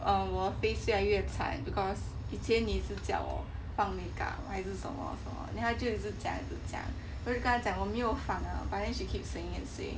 um 我的 face 越来越惨 because 以前你一直叫我放 make up 还是什么什么 then 他就一直讲一直讲我就跟他讲我没有放了 but then she keep saying and saying